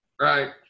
Right